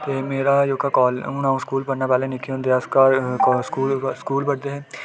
ते मेरा जेह्का कालेज अ'ऊं हून स्कूल पढ़ना पैह्लें निक्के होंदे अस स्कूल पढ़दे हे